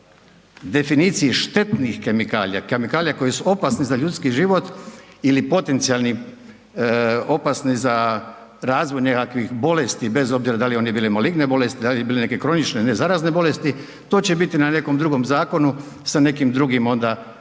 o definiciji štetnih kemikalija, kemikalija koje su opasne za ljudski život ili potencijalni opasni za razvoj nekakvih bolesti bez obzira da li oni bili maligne bolesti, da li bi bili neke kronične nezarazne bolesti, to će biti na nekom drugom zakonu sa nekim drugim onda zakonskim